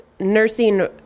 Nursing